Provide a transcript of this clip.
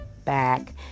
back